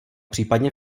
případně